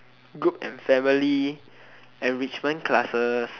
group and family enrichment classes